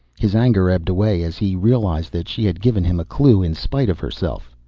his anger ebbed away as he realized that she had given him a clue in spite of herself.